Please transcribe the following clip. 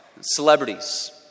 celebrities